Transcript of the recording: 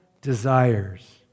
desires